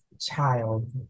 child